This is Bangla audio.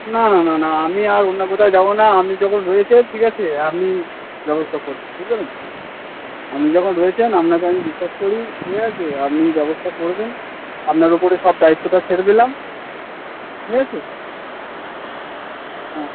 না না না না আমি আর অন্য কোথাও যাব না আপনি যখন রয়েছেন ঠিক আছে আপনিই ব্যবস্থা করবেন বুঝতে পারলেন আপনি যখন রয়েছেন আপনাকে আমি বিশ্বাস করি ঠিক আছে আপনিই ব্যবস্থা করবেন আপনার উপরে সব দায়িত্বটা ছেড়ে দিলাম ঠিক আছে হ্যাঁ